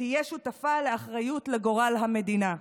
תהיה שותפה לאחריות לגורל המדינה.